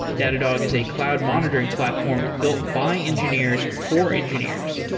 datadog is a cloud monitoring platform built by engineers for engineers,